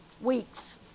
weeks